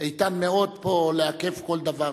איתן מאוד פה, לעכב כל דבר.